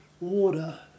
water